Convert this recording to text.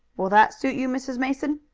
will that suit you, mrs. mason?